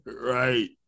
Right